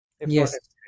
Yes